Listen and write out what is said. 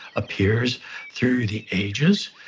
appears through the ages?